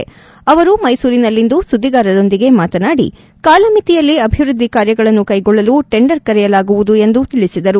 ಆವರು ಮೈಸೂರಿನಲ್ಲಿಂದು ಸುದ್ದಿಗಾರರೊಂದಿಗೆ ಮಾತನಾಡಿ ಕಾಲಮಿತಿಯಲ್ಲಿ ಅಭಿವೃದ್ದಿ ಕಾರ್ಯಗಳನ್ನು ಕೈಗೊಳ್ಳಲು ಟೆಂಡರ್ ಕರೆಯಲಾಗುವುದು ಎಂದು ತಿಳಿಸಿದರು